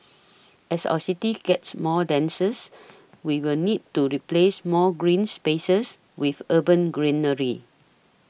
as our city gets more we will need to replace more green spaces with urban greenery